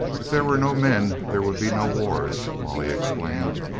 if there were no men there would be no wars, molly explained.